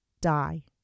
Die